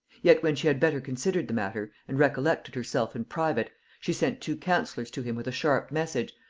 yet when she had better considered the matter, and recollected herself in private, she sent two councillors to him with a sharp message,